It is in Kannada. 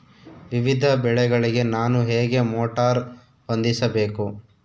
ವಿವಿಧ ಬೆಳೆಗಳಿಗೆ ನಾನು ಹೇಗೆ ಮೋಟಾರ್ ಹೊಂದಿಸಬೇಕು?